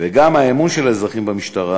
והאמון של האזרחים במשטרה